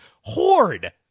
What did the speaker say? horde